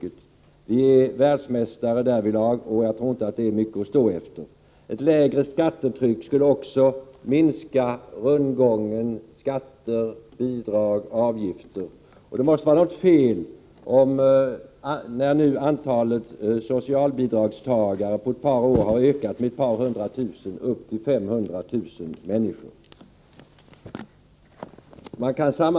Sverige är världsmästare när det gäller skattetryck, och det tror jag inte är mycket att stå efter. Ett lägre skattetryck skulle också minska rundgången skatter-bidragavgifter. Det måste vara något fel när antalet socialbidragstagare på ett par år har ökat med ett par hundra tusen och nu uppnår till 500 000 människor.